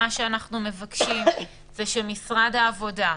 אנחנו מבקשים שמשרד עבודה והרווחה,